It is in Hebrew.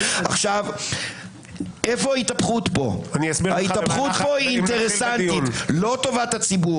אני אסביר לך כשנתחיל בדיון.